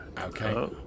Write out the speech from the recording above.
Okay